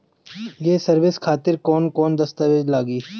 ये सर्विस खातिर कौन कौन दस्तावेज लगी?